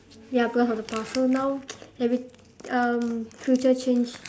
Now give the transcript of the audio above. ya because of the past so now every um future change